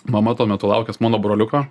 mama tuo metu laukės mano broliuko